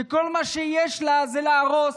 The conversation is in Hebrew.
שכל מה שיש לה זה להרוס